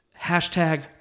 hashtag